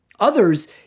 Others